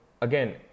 again